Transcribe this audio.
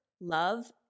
love